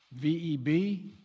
VEB